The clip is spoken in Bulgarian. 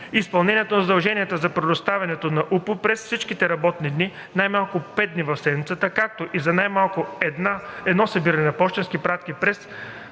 изпълнението на задължението за предоставяне на УПУ през всички работни дни „най-малко пет дни в седмицата“, както и за „най малко едно събиране“ на пощенски пратки през